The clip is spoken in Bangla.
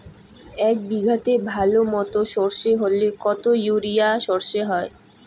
এক বিঘাতে ভালো মতো সর্ষে হলে কত ইউরিয়া সর্ষে হয়?